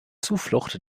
zuflucht